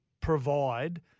provide